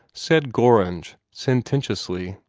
said gorringe sententiously.